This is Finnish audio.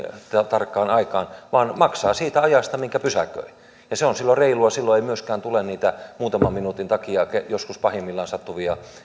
tarkkaan aikaan vaan pysäköijä maksaa siitä ajasta minkä pysäköi se on silloin reilua silloin ei myöskään tule niitä pahimmillaan muutaman minuutin takia sattuvia